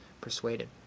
persuaded